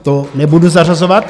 To nebudu zařazovat.